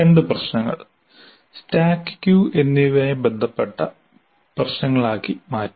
രണ്ട് പ്രശ്നങ്ങൾ stack queue എന്നിവയുമായി ബന്ധപ്പെട്ട പ്രശ്നങ്ങളാക്കി മാറ്റി